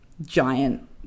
giant